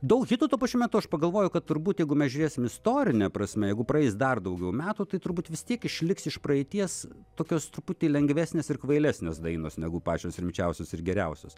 daug hitų tuo pačiu metu aš pagalvojau kad turbūt jeigu mes žiūrėsim istorine prasme jeigu praeis dar daugiau metų tai turbūt vis tiek išliks iš praeities tokios truputį lengvesnės ir kvailesnės dainos negu pačios rimčiausios ir geriausios